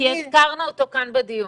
הזכרנו אותו כאן בדיון.